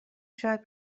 شاید